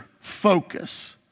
focus